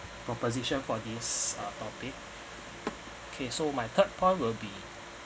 proposition for these uh topic okay my third point will be